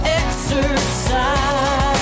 exercise